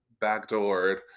backdoored